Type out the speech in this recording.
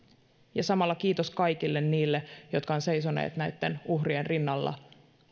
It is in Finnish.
ja samalla kiitos kaikille niille jotka ovat seisoneet näitten uhrien rinnalla